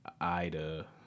Ida